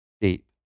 deep